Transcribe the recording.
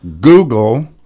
Google